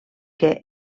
que